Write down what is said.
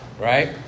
right